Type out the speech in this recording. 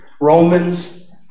Romans